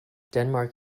denmark